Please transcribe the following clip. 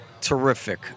terrific